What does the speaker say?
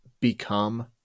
become